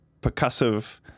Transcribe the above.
percussive